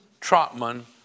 Trotman